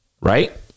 right